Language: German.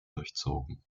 durchzogen